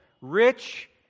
rich